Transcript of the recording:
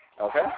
Okay